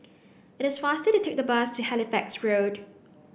it is faster to take the bus to Halifax Road